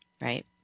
Right